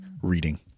reading